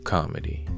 Comedy